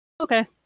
Okay